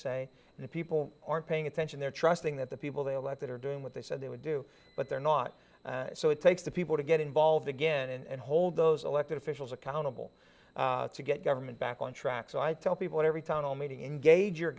say and if people aren't paying attention they're trusting that the people they elected are doing what they said they would do but they're not so it takes the people to get involved again and hold those elected officials accountable to get government back on track so i tell people at every town hall meeting engage your